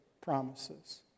promises